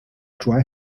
dry